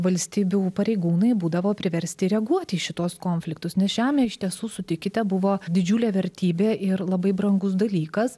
valstybių pareigūnai būdavo priversti reaguoti į šituos konfliktus nes žemė iš tiesų sutikite buvo didžiulė vertybė ir labai brangus dalykas